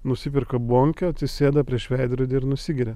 nusiperka bonkę atsisėda prieš veidrodį ir nusigeria